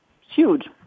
huge